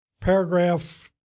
paragraph